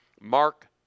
Mark